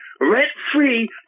rent-free